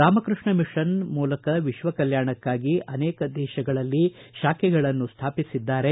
Ramakrishna Mission ಮೂಲಕ ವಿತ್ವ ಕಲ್ತಾಣಕ್ಕಾಗಿ ಅನೇಕ ದೇಶಗಳಲ್ಲಿ ಶಾಖೆಗಳನ್ನು ಸ್ಥಾಪಿಸಿದ್ದಾರೆ